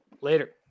Later